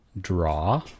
draw